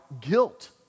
guilt